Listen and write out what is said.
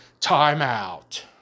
timeout